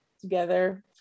together